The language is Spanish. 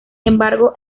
embargo